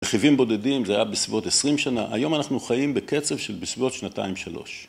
רכיבים בודדים זה היה בסביבות 20 שנה, היום אנחנו חיים בקצב של בסביבות שנתיים שלוש.